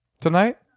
tonight